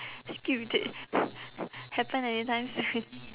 happen anytime soon